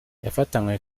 yafatanywe